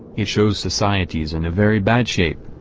it shows society's in a very bad shape.